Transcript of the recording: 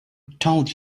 told